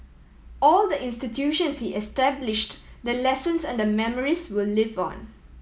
all the institutions he established the lessons and the memories will live on